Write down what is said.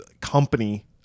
company